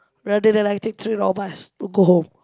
rather than I take train or bus to go home